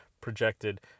projected